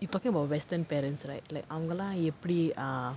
you talking about western parents right like அவங்கெல்லாம் எப்படி:avangellaam eppadi ah